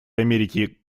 америки